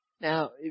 Now